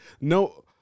no